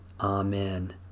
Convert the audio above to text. Amen